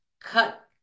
cut